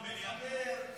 אבל אין שר במליאה.